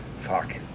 Fuck